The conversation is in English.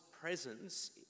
presence